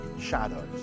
shadows